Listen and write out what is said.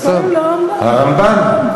אז טוב, הרמב"ם.